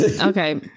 okay